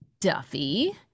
Duffy